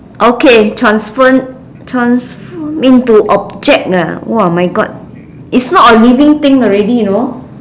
okay transfor~ transform into object ah !wah! my god it's not a living thing already know